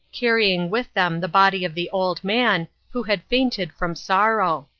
carrying with them the body of the old man, who had fainted from sorrow!